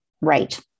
Right